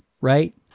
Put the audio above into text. right